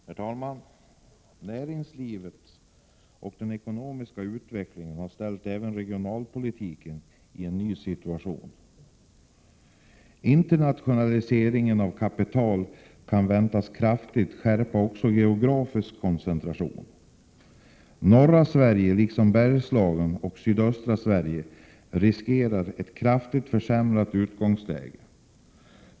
Herr talman! Näringslivets utveckling och den ekonomiska utvecklingen > har försatt även regionalpolitiken i en ny situation. Internationaliseringen av kapitalet kan väntas skärpa också den geografiska koncentrationen kraftigt. Norra Sverige, liksom Bergslagen och sydöstra Sverige, riskerar ett kraftigt försämrat utgångsläge.